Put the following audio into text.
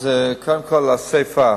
אז קודם כול לסיפא.